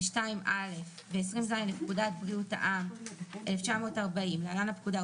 ו-(2)(א) ו-20ז לפקודת בריאות העם,1940 (להלן - הפקודה),